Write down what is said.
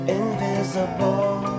invisible